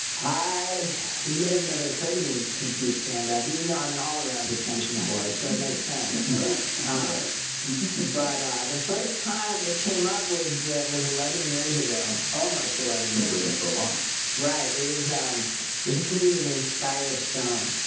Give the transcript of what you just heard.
i never occurred to me to do stand-up even though. i'm an all-around attention whore so it makes sense right alright but the first time it came up was that was eleven years ago almost eleven years ago for a while right it was um there's a comedian named skyler stone,